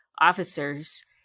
officers